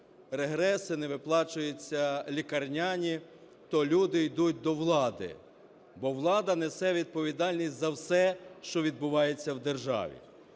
регреси, не виплачуються лікарняні, то люди йдуть до влади, бо влада несе відповідальність за все, що відбувається в державі.